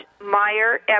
Meyer